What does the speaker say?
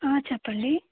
ఆ చెప్పండి